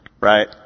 right